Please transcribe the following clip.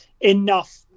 enough